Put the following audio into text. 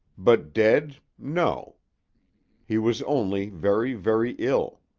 but dead no he was only very, very ill.